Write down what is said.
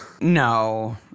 No